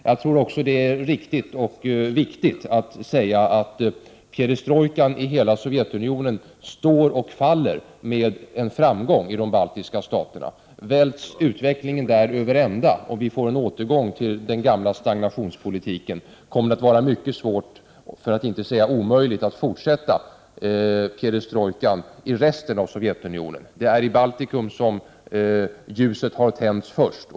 Jag tycker att det är viktigt och riktigt att säga att perestrojkan i hela Sovjetunionen står och faller med en framgång i de baltiska staterna. Välts utvecklingen där över ända och vi får en återgång till den gamla stagnationspolitiken, kommer det att vara mycket svårt, för att inte säga omöjligt, att fortsätta perestrojkan i resten av Sovjetunionen. Det är i Baltikum som ljuset har tänts först.